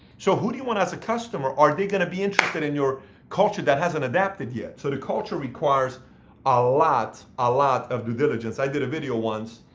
so who do you want as a customer? are they going to be interested in your culture that hasn't adapted yet? so the culture requires a lot a lot of due diligence. i did a video once,